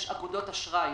יש אגודות אשראי.